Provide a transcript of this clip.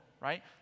right